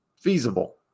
feasible